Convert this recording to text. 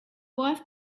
wife